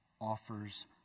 offers